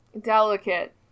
delicate